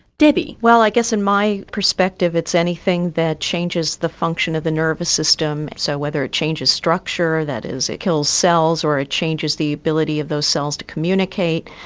debbie. well i guess in my perspective it's anything that changes the function of the nervous system. so whether it changes structure, that is it kills cells or it changes the ability of those cells to communicate,